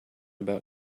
about